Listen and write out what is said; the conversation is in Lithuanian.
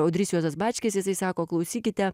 audrys juozas bačkis jisai sako klausykite